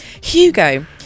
Hugo